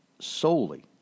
solely